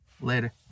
Later